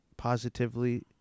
Positively